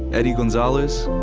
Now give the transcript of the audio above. eddie gonzalez,